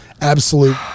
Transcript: absolute